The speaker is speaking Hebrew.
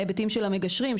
ההיבטים של המגשרים,